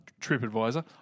TripAdvisor